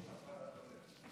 נבזית: